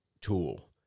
tool